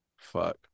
fuck